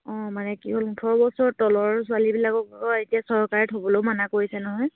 অঁ মানে কি হ'ল ওঠৰ বছৰ তলৰ ছোৱালীবিলাকক এতিয়া চৰকাৰেও থ'বলেও মানা কৰিছে নহয়